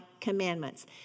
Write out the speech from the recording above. commandments